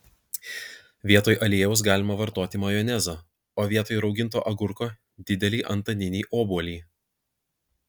vietoj aliejaus galima vartoti majonezą o vietoj rauginto agurko didelį antaninį obuolį